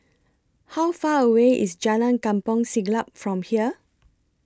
How Far away IS Jalan Kampong Siglap from here